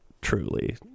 truly